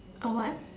uh what